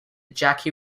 jackie